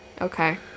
okay